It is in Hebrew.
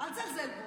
אל תזלזל בו.